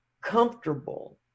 comfortable